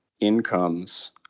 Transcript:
incomes